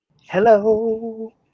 Hello